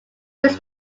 this